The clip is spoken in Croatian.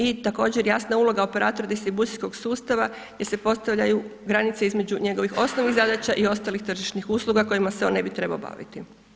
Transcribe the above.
I također jasna je uloga operater distribucijskog sustava gdje se postavljaju granice između njegovih osnovnih zadaća i ostalih tržišnih usluga kojima se on ne bi trebao baviti.